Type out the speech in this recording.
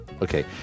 Okay